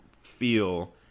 feel